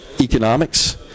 economics